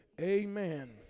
Amen